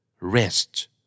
Rest